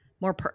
more